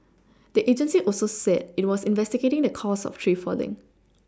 the agency also said it was investigating the cause of the tree falling